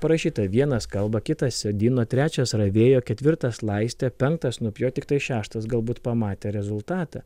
parašyta vienas kalba kitas sodino trečias ravėjo ketvirtas laistė penktas nupjovė tiktai šeštas galbūt pamatė rezultatą